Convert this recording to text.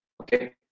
okay